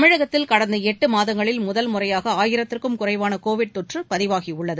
தமிழகத்தில் கடந்த எட்டு மாதங்களில் முதல் முறையாக ஆயிரத்திற்கும் குறைவான கோவிட் தொற்று பதிவாகியுள்ளது